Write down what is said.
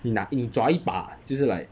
你拿一你抓一把就是 like